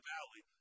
Valley